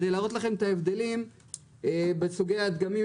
כדי להראות לכם את ההבדלים בסוגי הדגמים.